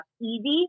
easy